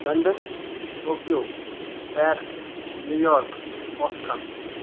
London Tokyo Paris New York Osaka